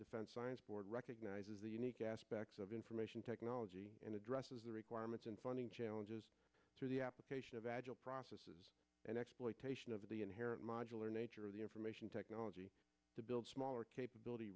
defense science board recognizes the unique aspects of information technology and addresses the requirements and funding challenges to the application of agile processes and exploitation of the inherent modular nature of the information technology to build smaller capability